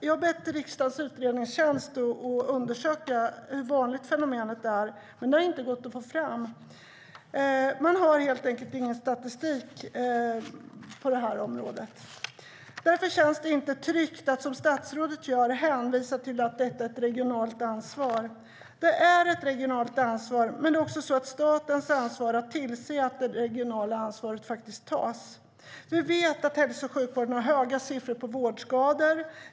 Jag har bett riksdagens utredningstjänst undersöka hur vanligt fenomenet är, men det har inte gått att få fram uppgifter om detta. Man har helt enkelt ingen statistik på området. Därför känns det inte tryggt att statsrådet hänvisar till att detta är ett regionalt ansvar. Det är ett regionalt ansvar, men det är också så att statens ansvar är att tillse att det regionala ansvaret tas. Vi vet att hälso och sjukvården har höga siffror på vårdskador.